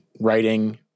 writing